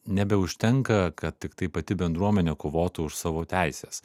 nebeužtenka kad tiktai pati bendruomenė kovotų už savo teises